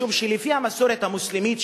משום שלפי המסורת המוסלמית,